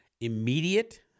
immediate